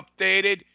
updated